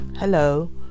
hello